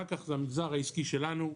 אחר כך זה המגזר העסקי שלנו,